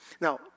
Now